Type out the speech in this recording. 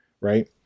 Right